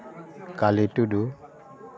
ᱠᱟᱞᱤ ᱴᱩᱰᱩ